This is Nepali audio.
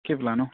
के प्लान हो